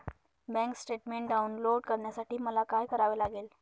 Bank statement download करण्यासाठी मला काय करावे लागेल?